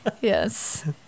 Yes